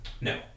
No